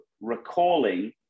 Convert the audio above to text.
recalling